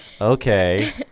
okay